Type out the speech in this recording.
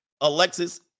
Alexis